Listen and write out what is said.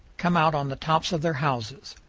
come out on the tops of their houses.